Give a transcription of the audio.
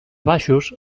baixos